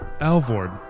Alvord